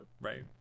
Right